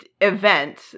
event